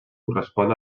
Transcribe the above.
correspon